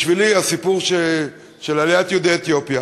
בשבילי הסיפור של עליית יהודי אתיופיה